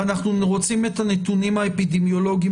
אנחנו רוצים את הנתונים האפידמיולוגים